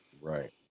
Right